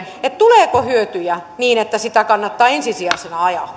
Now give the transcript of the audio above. ministeri tuleeko hyötyjä niin että sitä kannattaa ensisijaisena ajaa